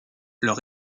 leur